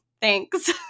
thanks